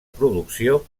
producció